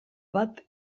bat